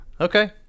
Okay